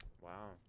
Wow